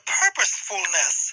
purposefulness